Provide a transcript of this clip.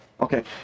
okay